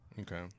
okay